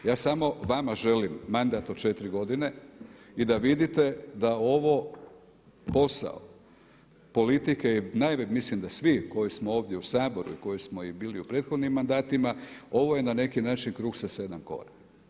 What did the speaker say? Ja samo vama želim mandat od četiri godine i da vidite da ovo posao politike, mislim da svi koji smo ovdje u Saboru i koji smo i bili u prethodnim mandatima ovo je na neki način kruh sa sedam kora.